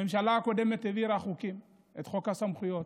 הממשלה הקודמת העבירה חוקים, את חוק הסמכויות.